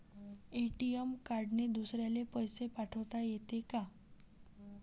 ATM कार्डने दुसऱ्याले पैसे पाठोता येते का?